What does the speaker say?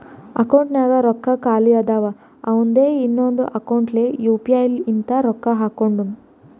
ಅಕೌಂಟ್ನಾಗ್ ರೊಕ್ಕಾ ಖಾಲಿ ಆದಾಗ ಅವಂದೆ ಇನ್ನೊಂದು ಅಕೌಂಟ್ಲೆ ಯು ಪಿ ಐ ಲಿಂತ ರೊಕ್ಕಾ ಹಾಕೊಂಡುನು